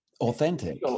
authentic